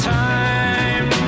time